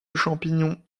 champignons